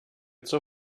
zur